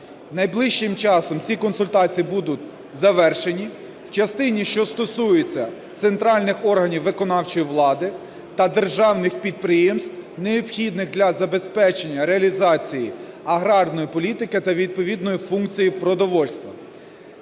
Найближчим часом ці консультації будуть завершені в частині, що стосується центральних органів виконавчої влади та державних підприємств, необхідних для забезпечення реалізації аграрної політики та відповідної функції продовольства.